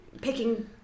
picking